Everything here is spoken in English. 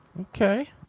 Okay